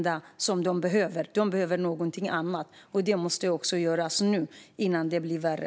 De behöver något annat, och det måste komma nu innan det blir värre.